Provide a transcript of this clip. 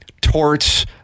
torts